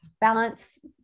balance